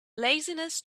laziness